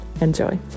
Enjoy